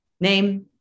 name